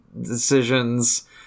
decisions